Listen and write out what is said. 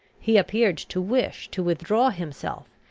he appeared to wish to withdraw himself,